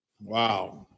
Wow